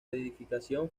edificación